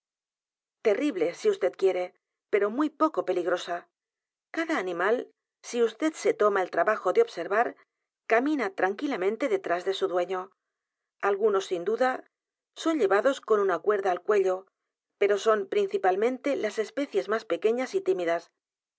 terrible si vd quiere pero muy poco peligrosa cada animal si vd se toma el trabajo de observar camina tranquilamente detrás de su dueño algunos sin duda son llevados con una cuerda al cuello pero son principalmente las especies más pequeñas y tímidas